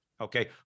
Okay